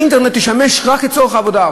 האינטרנט ישמש רק לצורך העבודה.